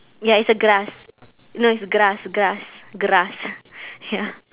ya is a grass no is grass grass grass ya